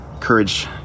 courage